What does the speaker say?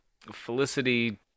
Felicity